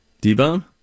D-bone